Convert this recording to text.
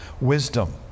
wisdom